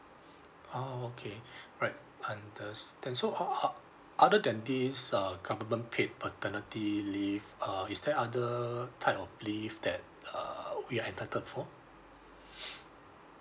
ah okay alright understand so how how other than these uh government paid paternity leave uh is there other type of leave that uh we are entitled for